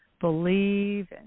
believe